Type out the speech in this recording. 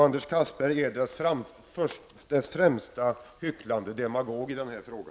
Anders Castberger är den främsta hycklande demagogen i denna fråga.